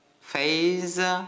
phase